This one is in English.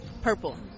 Purple